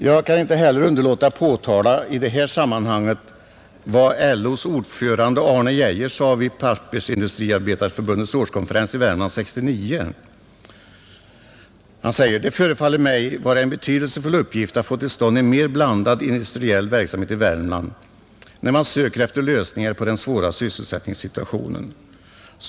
Jag kan inte underlåta att i det här sammanhanget påtala vad LO:s ordförande Arne Geijer sade vid Pappersindustriarbetareförbundets årskonferens i Värmland 1969: ”Det förefaller mig vara en betydelsefull uppgift att få till stånd en mer blandad industriell verksamhet i Värmland, när man söker efter lösningar på den svåra sysselsättningssituationen.